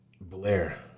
Blair